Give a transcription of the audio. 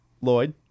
Lloyd